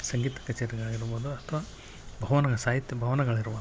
ಸಂಗೀತ ಕಚೇರಿಗಳಿರ್ಬೋದು ಅಥ್ವಾ ಭವನ ಸಾಹಿತ್ಯ ಭವನಗಳಿರ್ಬೋದು